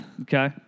Okay